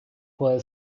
puede